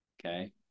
Okay